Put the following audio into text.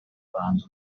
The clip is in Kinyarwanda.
ruhando